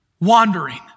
Wandering